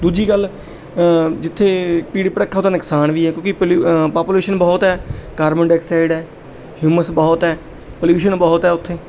ਦੂਜੀ ਗੱਲ ਜਿੱਥੇ ਭੀੜ ਭੜੱਕਾ ਉੱਥੇ ਨੁਕਸਾਨ ਵੀ ਹੈ ਕਿਉਂਕਿ ਪੋਲਿ ਪਾਪੂਲੇਸ਼ਨ ਬਹੁਤ ਹੈ ਕਾਰਬਨ ਡਾਈਆਕਸਾਈਡ ਹੈ ਹਿਊਮਸ ਬਹੁਤ ਹੈ ਪੋਲਿਊਸ਼ਨ ਬਹੁਤ ਹੈ ਉੱਥੇ